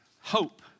hope